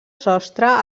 sostre